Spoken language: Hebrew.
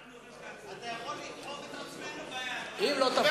אין בעיה, גם אנחנו, אתה יכול, את עצמנו?